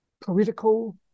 political